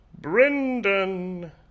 Brendan